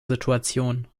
situation